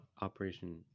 Operation